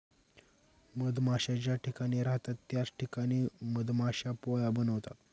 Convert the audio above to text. मधमाश्या ज्या ठिकाणी राहतात त्याच ठिकाणी मधमाश्या पोळ्या बनवतात